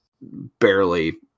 barely